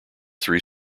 three